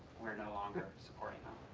we are no longer supporting them.